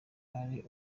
hari